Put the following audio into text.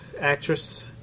actress